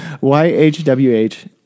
Y-H-W-H